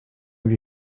have